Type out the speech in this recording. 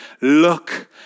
look